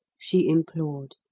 she implored.